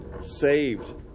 saved